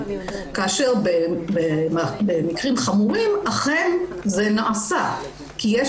כאשר במרים חמורים אכן זה נעשה כי יש